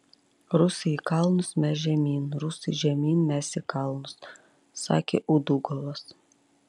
rusai į kalnus mes žemyn rusai žemyn mes į kalnus sakė udugovas